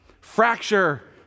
fracture